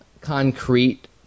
concrete